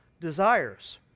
desires